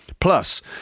Plus